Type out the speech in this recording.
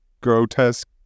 grotesque